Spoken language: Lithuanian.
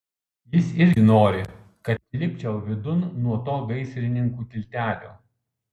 jis irgi nori kad lipčiau vidun nuo to gaisrininkų tiltelio